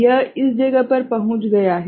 यह इस जगह पर पहुँच गया है